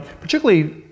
particularly